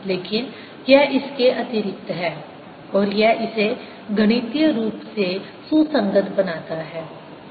लेकिन यह इसके अतिरिक्त है और यह इसे गणितीय रूप से सुसंगत बनाता है